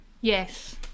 Yes